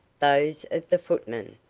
those of the footman,